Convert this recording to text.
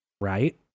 Right